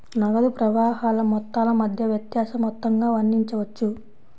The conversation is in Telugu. నగదు ప్రవాహాల మొత్తాల మధ్య వ్యత్యాస మొత్తంగా వర్ణించవచ్చు